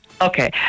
Okay